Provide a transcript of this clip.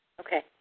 Okay